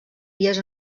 dies